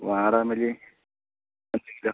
വാടാമല്ലി അഞ്ച് കിലോ